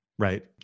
Right